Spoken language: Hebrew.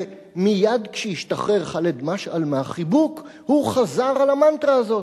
ומייד כשהשתחרר ח'אלד משעל מהחיבוק הוא חזר על המנטרה הזאת.